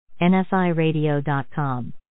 NFIRadio.com